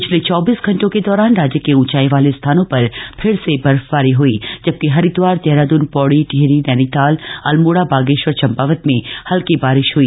पिछले चौबीस घंटों के दौरान राज्य के ऊंचाई वाले स्थानों पर फिर से बर्फबारी हई जबकि हरिद्वार देहरादून पौड़ी टिहरी नैनीताल अल्मोड़ा बागेश्वर चम्पावत में हल्की बारिश हई